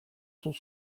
sont